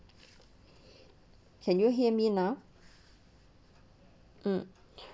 can you hear me now mm